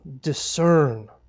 discern